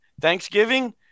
Thanksgiving